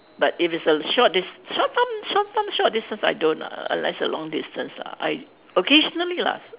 but if it's a short dis~ short term short term short distance I don't lah unless long distance lah I occasionally lah